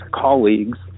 colleagues